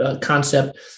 concept